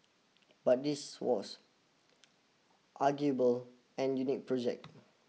but this was arguable an unique project